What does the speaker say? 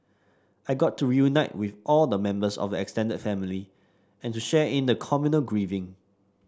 I got to reunite with all the members of the extended family and to share in the communal grieving